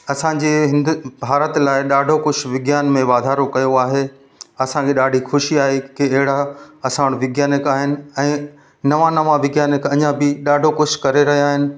असांजे हिंद भारत लाइ ॾाढो कुझु विज्ञान में वाधारो कयो आहे असांखे ॾाढी ख़ुशी आहे की अहिड़ा असां वटि विज्ञानिक आहिनि ऐं नवा नवा विज्ञानिक अञा बि ॾाढो कुझु करे रहिया आहिनि